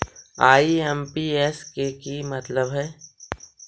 IMPS के कि मतलब है?